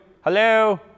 Hello